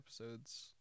episodes